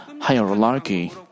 hierarchy